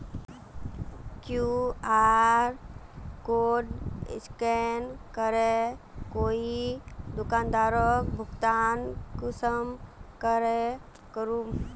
QR code scan करे कोई दुकानदारोक भुगतान कुंसम करे करूम?